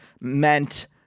meant